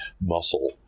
muscle